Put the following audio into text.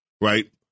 right